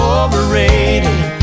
overrated